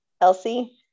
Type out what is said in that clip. Elsie